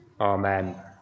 Amen